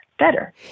better